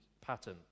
pattern